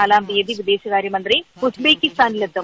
നാലാം തീയതി വിദേശ കാര്യമന്ത്രി ഉസ്ബെക്കിസ്ഥാനിലെത്തും